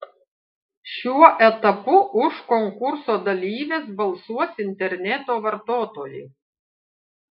šiuo etapu už konkurso dalyves balsuos interneto vartotojai